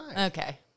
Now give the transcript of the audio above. Okay